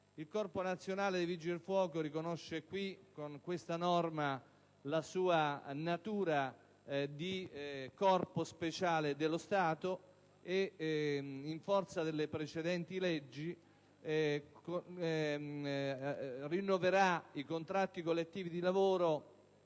Il Corpo nazionale dei Vigili del fuoco vede riconosciuta in questa norma la sua natura di corpo speciale dello Stato ed in forza delle precedenti leggi rinnoverà i contratti collettivi di lavoro